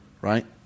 right